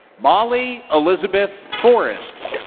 molly elizabeth forrest.